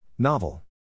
Novel